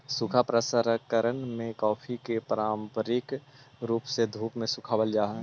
सूखा प्रसंकरण में कॉफी को पारंपरिक रूप से धूप में सुखावाल जा हई